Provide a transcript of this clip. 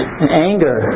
anger